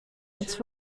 its